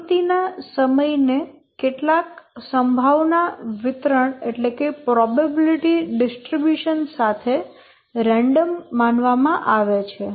પ્રવૃત્તિ ના સમયને કેટલાક સંભાવના વિતરણ સાથે રેન્ડમ માનવામાં આવે છે